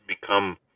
become